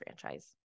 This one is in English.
franchise